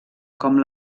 com